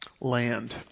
land